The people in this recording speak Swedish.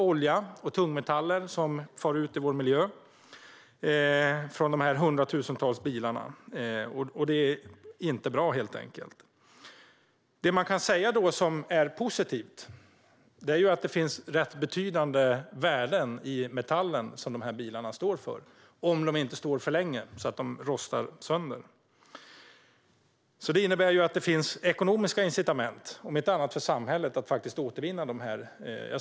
Olja och tungmetaller kommer ut i miljön från dessa hundratusentals bilar. Det är helt enkelt inte bra. Det som är positivt är att det finns rätt betydande värden i metallen i bilarna - om de inte står för länge så att de rostar sönder. Det innebär att det finns ekonomiska incitament, om inte annat för samhället, att faktiskt återvinna bilarna.